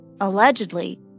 Allegedly